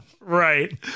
Right